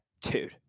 Dude